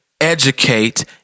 educate